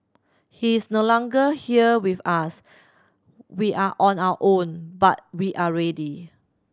he is no longer here with us we are on our own but we are ready